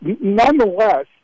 nonetheless